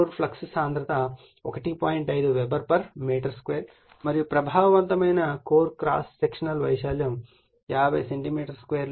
5 weber metre 2 మరియు ప్రభావవంతమైన core cross sectional వైశాల్యం 50 సెంటీమీటర్2